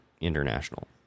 International